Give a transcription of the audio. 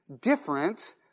different